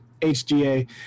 HGA